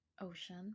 ocean